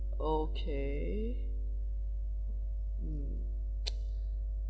okay mm